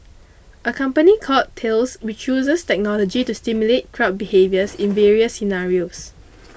a company called Thales which uses technology to simulate crowd behaviours in various scenarios